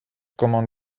commande